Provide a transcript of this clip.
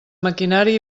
maquinari